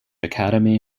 academy